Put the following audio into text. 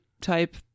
type